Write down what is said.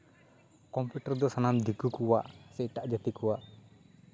computer ᱫᱚ ᱥᱟᱱᱟᱢ ᱫᱤᱠᱩ ᱠᱚᱣᱟᱜ ᱥᱮ ᱮᱴᱟᱜ ᱡᱟᱹᱛᱤ ᱠᱚᱣᱟᱜ